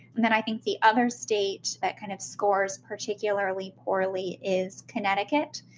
and then i think the other state that kind of scores particularly poorly is connecticut,